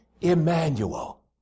Emmanuel